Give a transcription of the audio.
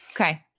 Okay